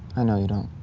know you don't.